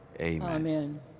Amen